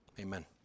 Amen